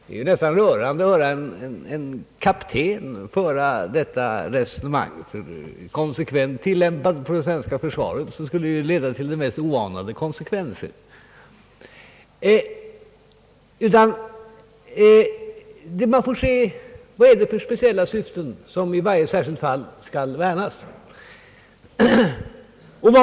Det är ju nästan rörande att höra en kapten föra detta resonemang. Konsekvent tillämpat på det svenska försvaret skulle detta leda till de mest oanade konsekvenser. Här gäller det att se vad det är för speciella syften som i varje särskilt fall skall värnas.